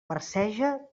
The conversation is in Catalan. marceja